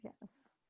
yes